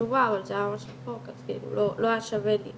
חשובה אבל זה היה ממש רחוק אז לא היה שווה לי